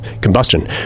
combustion